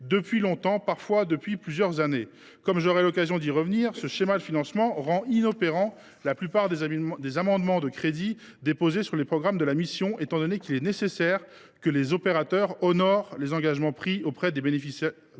depuis longtemps, parfois depuis plusieurs années. J’aurai l’occasion d’y revenir : ce schéma de financement rend inopérants la plupart des amendements de crédits déposés sur les programmes de la mission. En effet, il est nécessaire que les opérateurs honorent les engagements pris auprès des bénéficiaires